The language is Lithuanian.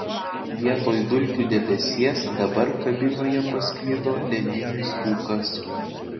vietoj dulkių debesies dabar kabinoje pasklido ledinis rūkas